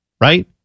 right